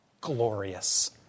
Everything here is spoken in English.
glorious